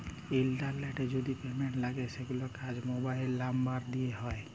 ইলটারলেটে যদি পেমেল্ট লাগে সেগুলার কাজ মোবাইল লামবার দ্যিয়ে হয়